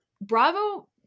Bravo